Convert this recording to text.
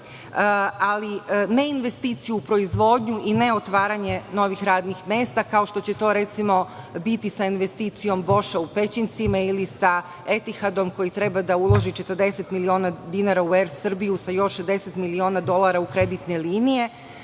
ne investicija u proizvodnju i ne otvaranje novih radnih mesta, kao što će to recimo biti sa investicijom „Boša“ u Pećincima ili sa „Etihadom“ koji treba da uloži 40 miliona dinara u „Er Srbiju“ sa još 60 miliona dolara u kreditne